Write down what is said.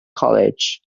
college